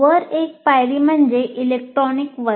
वर एक पायरी म्हणजे इलेक्ट्रॉनिक वर्ग